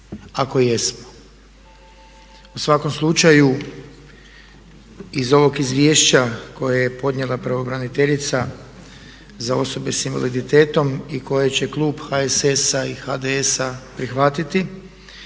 ako jesmo. U svakom slučaju iz ovog izvješća koje je podnijela pravobraniteljica za osobe s invaliditetom i koje će klub HSS-a i HDS-a prihvatiti.